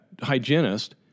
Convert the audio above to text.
hygienist